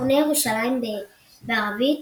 מכונה ירושלים בערבית